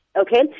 okay